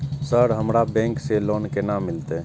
Sir हमरा bank से loan केना मिलते?